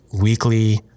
weekly